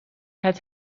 het